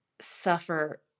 suffer